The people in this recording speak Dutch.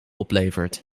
oplevert